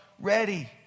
ready